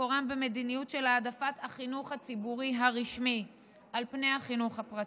מקורם במדיניות של העדפת החינוך הציבורי הרשמי על פני החינוך הפרטי.